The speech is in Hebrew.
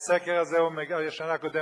הסקר הזה הוא מהשנה הקודמת.